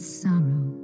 sorrow